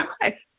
life